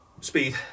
Speed